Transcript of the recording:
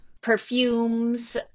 perfumes